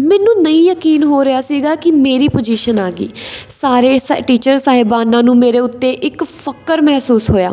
ਮੈਨੂੰ ਨਹੀਂ ਯਕੀਨ ਹੋ ਰਿਹਾ ਸੀਗਾ ਕਿ ਮੇਰੀ ਪੁਜ਼ੀਸ਼ਨ ਆ ਗਈ ਸਾਰੇ ਸਾ ਟੀਚਰ ਸਾਹਿਬਾਨਾਂ ਨੂੰ ਮੇਰੇ ਉੱਤੇ ਇੱਕ ਫਕਰ ਮਹਿਸੂਸ ਹੋਇਆ